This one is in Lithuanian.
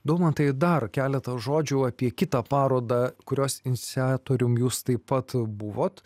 daumantai dar keletą žodžių apie kitą parodą kurios iniciatorium jūs taip pat buvot